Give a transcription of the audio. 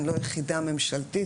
הן לא יחידה ממשלתית,